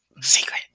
Secret